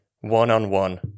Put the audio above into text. one-on-one